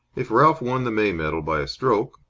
if ralph won the may medal by a stroke,